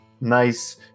nice